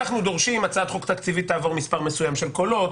אנחנו דורשים שהצעת חוק תקציבית תעבור במספר מסוים של קולות,